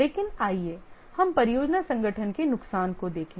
लेकिन आइए हम परियोजना संगठन के नुकसान को देखें